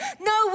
No